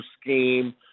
scheme –